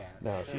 No